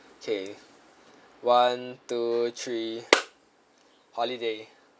okay one two three holiday